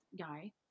guy